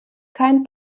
kein